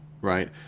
right